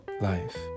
life